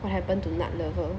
what happened to nut lover